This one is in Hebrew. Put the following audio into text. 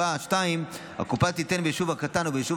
2. הקופה תיתן ביישוב הקטן או ביישוב